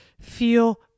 feel